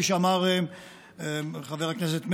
כפי שאמר חבר הכנסת מרגי,